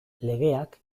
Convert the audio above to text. legeak